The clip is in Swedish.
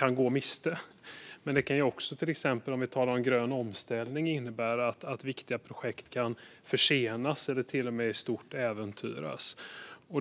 Om vi talar om grön omställning kan det också innebära att viktiga projekt försenas eller i stort äventyras.